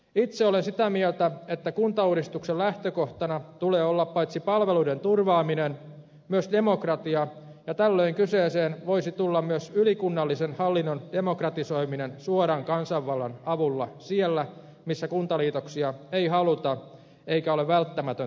itse olen sitä mieltä että kuntauudistuksen lähtökohtana tulee olla paitsi palveluiden turvaaminen myös demokratia ja tällöin kyseeseen voisi tulla myös ylikunnallisen hallinnon demokratisoiminen suoran kansanvallan avulla siellä missä kuntaliitoksia ei haluta eikä ole välttämätöntä tehdä